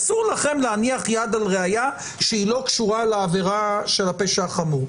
אסור לכם להניח יד על ראיה שהיא לא קשורה לעבירה של הפשע החמור.